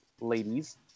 ladies